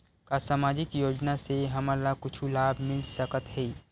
का सामाजिक योजना से हमन ला कुछु लाभ मिल सकत हे?